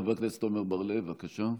חבר הכנסת עמר בר לב, בבקשה.